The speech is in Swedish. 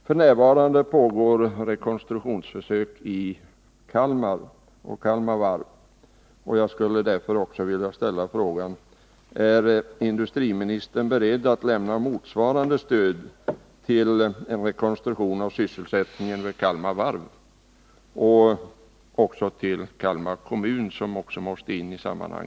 F. n. pågår rekonstruktionsförsök beträffande Kalmar Varv, och jag skulle därför vilja ställa frågan: Är industriministern beredd att lämna motsvarande stöd till en rekonstruktion av sysselsättningen vid Kalmar Varv och också till Kalmar kommun, som måste komma in i detta sammanhang?